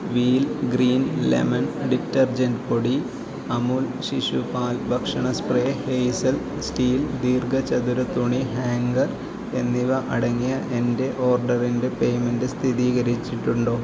wheel green lemon detergent പൊടി അമൂൽ ശിശു പാൽ ഭക്ഷണ സ്പ്രേ ഹേസൽ സ്റ്റീൽ ദീർഘചതുര തുണി ഹാംഗർ എന്നിവ അടങ്ങിയ എന്റെ ഓർഡറിന്റെ പേയ്മെൻ്റ് സ്ഥിതീകരിച്ചിട്ടുണ്ടോ